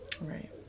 Right